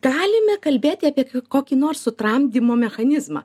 galime kalbėti apie kokį nors sutramdymo mechanizmą